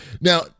now